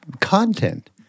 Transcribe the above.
content